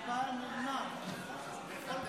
נתקבל.